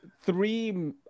three